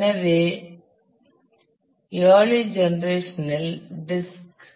எனவே இயாளி ஜெனரேஷன்இல் டிஸ்க்